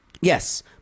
Yes